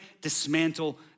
dismantle